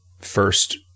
first